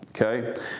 okay